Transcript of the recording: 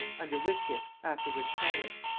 under whitgift, afterwards primate.